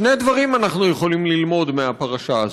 שני דברים אנחנו יכולים ללמוד מהפרשה הזאת,